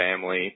family